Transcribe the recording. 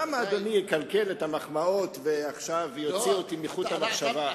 למה אדוני יקלקל את המחמאות ועכשיו יוציא אותי מחוט המחשבה?